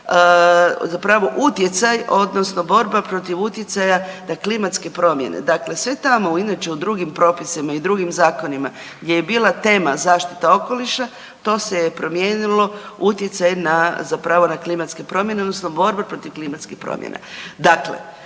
zapravo utjecaj, odnosno borba protiv utjecaja na klimatske promjene. Dakle, sve tamo inače u drugim propisima i drugim zakonima gdje je bila tema zaštita okoliša, to se je promijenilo, utjecaj zapravo na klimatske promjene, odnosno borba protiv klimatskih promjena.